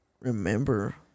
remember